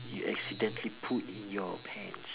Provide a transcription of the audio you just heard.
you accidentally pooed in your pants